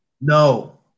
No